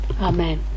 Amen